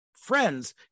Friends